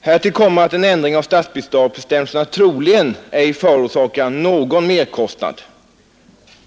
Härtill kommer att en ändring av statsbidragsbestämmelserna troligen ej förorsakar någon merkostnad.